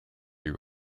you